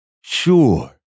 Sure